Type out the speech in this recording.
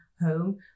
home